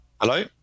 Hello